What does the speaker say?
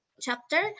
chapter